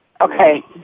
Okay